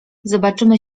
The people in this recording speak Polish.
zobaczymy